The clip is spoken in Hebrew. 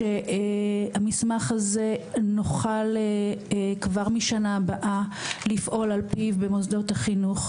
שהמסמך הזה נוכל כבר משנה הבאה לפעול על פיו במוסדות החינוך,